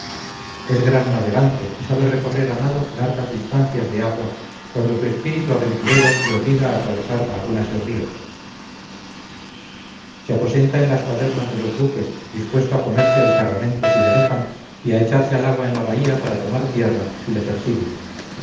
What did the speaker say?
es gran navegante y sabe recorrer a nado largas distancias de agua cuando su espíritu aventurero le obliga a atravesar lagunas y ríos se aposenta en las cuadernas de los buques dispuesto a comerse el cargamento si le dejan y a echarse al agua en la bahía para tomar tierra si le persiguen